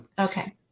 Okay